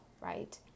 right